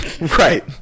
Right